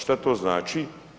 Što to znači?